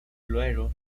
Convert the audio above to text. luego